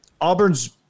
Auburn's